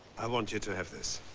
i want you to have this.